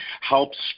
helps